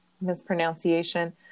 mispronunciation